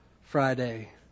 Friday